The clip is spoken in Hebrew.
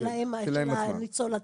של הניצול עצמו?